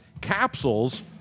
capsules